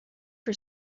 for